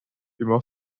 immer